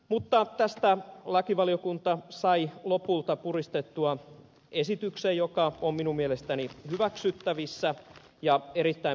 mutta tästä lakivaliokunta sai lopulta puristettua esityksen joka on minun mielestäni hyväksyttävissä ja erittäin positiivinen